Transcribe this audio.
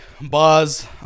buzz